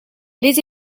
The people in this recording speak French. les